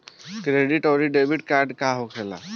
Credit आउरी debit card का होखेला?